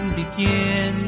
begin